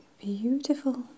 beautiful